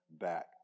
back